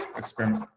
experiment.